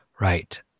Right